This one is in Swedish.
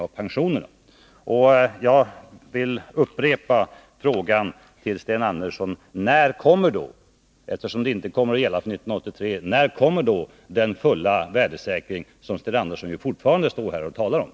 Någon värdesäkring kommer alltså inte att gälla för 1983, och jag vill därför upprepa min fråga till Sten Andersson: När kommer den fulla värdesäkringen, som Sten Andersson fortfarande talar om här, att träda i kraft?